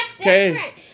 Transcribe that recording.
Okay